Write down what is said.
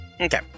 Okay